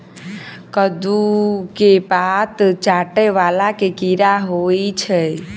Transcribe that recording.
कद्दू केँ पात चाटय वला केँ कीड़ा होइ छै?